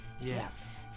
Yes